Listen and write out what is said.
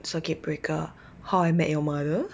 circuit breaker how I met your mother